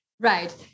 Right